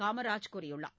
காமராஜ் கூறியுள்ளார்